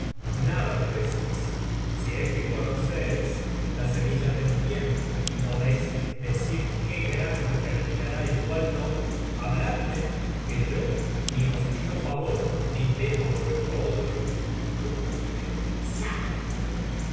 nada me decís si es que conocéis la semilla del tiempo y podéis decir qué grano germinará y cuál no habladme que yo ni os pido favor ni temo vuestro odio salve